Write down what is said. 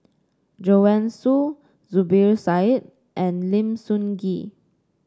Joanne Soo Zubir Said and Lim Sun Gee